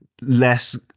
less